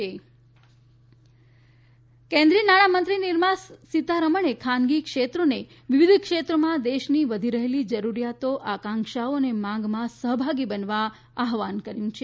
સીતાર મણ કેન્દ્રિય નાણામંત્રી નિર્મલા સીતારમણે ખાનગી ક્ષેત્રોને વિવિધ ક્ષેત્રોમાં દેશની વધી રહેલી જરૂરિયાતો આકાંક્ષાઓ અને માંગમાં સહભાગી બનવા આહવાહન કર્યું છે